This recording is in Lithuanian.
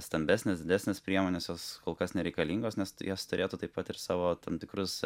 stambesnės didesnės priemonės jos kol kas nereikalingos nes jos turėtų taip pat ir savo tam tikrus